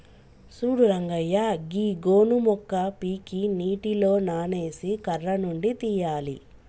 సూడు రంగయ్య గీ గోను మొక్క పీకి నీటిలో నానేసి కర్ర నుండి తీయాలి